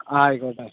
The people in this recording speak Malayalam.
ആയിക്കോട്ടെ